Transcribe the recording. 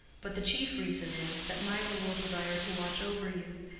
but the chief reason is, that mirah will desire to watch over you,